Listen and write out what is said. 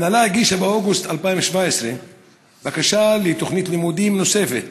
ההנהלה הגישה באוגוסט 2017 בקשה לתוכנית לימודים נוספת,